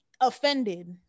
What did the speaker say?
offended